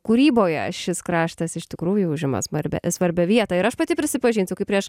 kūryboje šis kraštas iš tikrųjų užima svarbią svarbią vietą ir aš pati prisipažinsiu kai prieš